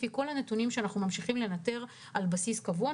לפי כל הנתונים שאנחנו ממשיכים לנטר על בסיס קבוע,